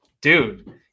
dude